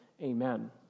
Amen